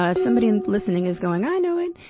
ah somebody and listening is going, i know it!